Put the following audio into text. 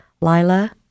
Lila